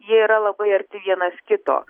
jie yra labai arti vienas kito